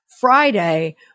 Friday